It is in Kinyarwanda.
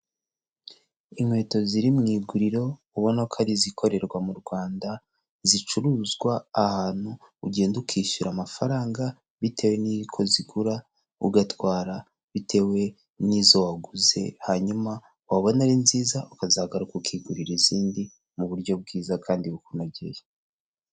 Inkweto ziri mu iguriro ubona ko ari izikorerwa mu Rwanda zicuruzwa ahantu ugenda ukishyura amafaranga bitewe n'uko zigura; ugatwara bitewe n'izo waguze, hanyuma wabona ari nziza ukazagaruka ukigurira izindi mu buryo bwiza kandi bukunogeye.